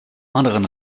anderen